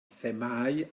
themâu